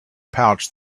pouch